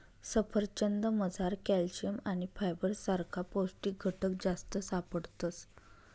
सफरचंदमझार कॅल्शियम आणि फायबर सारखा पौष्टिक घटक जास्त सापडतस